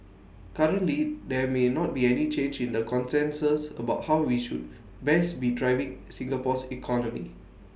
currently there may not be any change in the consensus about how we should best be driving Singapore's economy